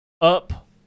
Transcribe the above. up